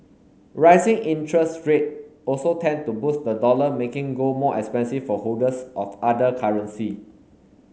rising interest rate also tend to boost the dollar making gold more expensive for holders of other currency